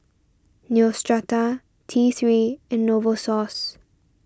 Neostrata T three and Novosource